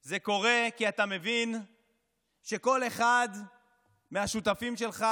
זה קורה כי אתה מבין שכל אחד מהשותפים שלך